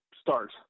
start